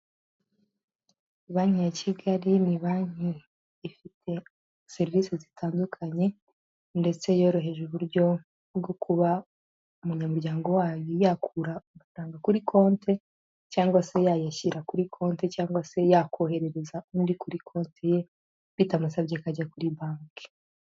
Banki ya Kigali ni banki ifite serivisi zitandukanye ndetse yoroheje uburyo bwo kuba umunyamuryango wayo yakura, agatanga kuri konti cyangwa se yayishyira kuri konti cyangwa se yakoherereza n'undi kuri konti ye bitamusabye ko ajya kuri banki.